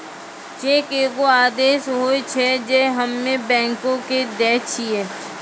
cheque एगो आदेश होय छै जे हम्मे बैंको के दै छिये